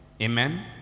Amen